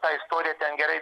tą istoriją ten gerai